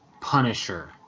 Punisher